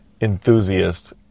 enthusiast